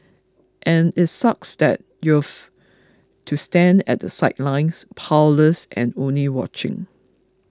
and it sucks that you've to stand at the sidelines powerless and only watching